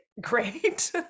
great